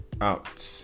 out